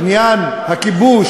עניין הכיבוש,